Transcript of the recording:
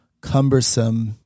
cumbersome